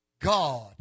God